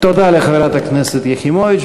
תודה לחברת הכנסת יחימוביץ.